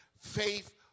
Faith